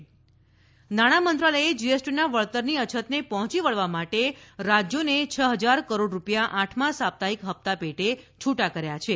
નાણા મંત્રાલય જીએસટી નાણા મંત્રાલયે જીએસટીના વળતરની અછતને પહોંચી વળવા માટે રાજ્યોને છ હજાર કરોડ રૂપિયા આઠમા સાપ્તાહિક હપ્તા પેટે છુટા કર્યા છે